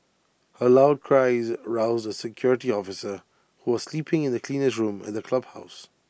her loud cries roused A security officer who was sleeping in the cleaner's room at the clubhouse